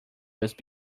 just